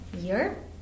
year